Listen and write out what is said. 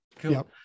Cool